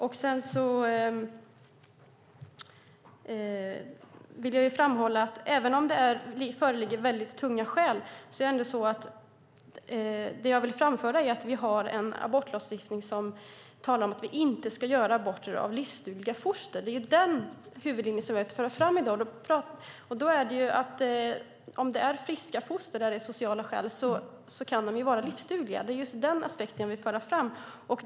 Jag vill framhålla att även om det föreligger väldigt tunga skäl har vi ändå en abortlagstiftning som talar om att vi inte ska göra aborter på livsdugliga foster. Det är den huvudlinje som jag har velat föra fram i dag. Om det är friska foster där det sker av sociala skäl kan de vara livsdugliga. Det är den aspekten jag vill föra fram.